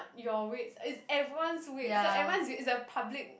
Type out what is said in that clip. your weight it's it's everyone's weight so everyone's weight is a public